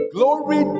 Glory